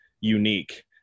unique